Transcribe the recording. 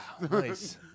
Nice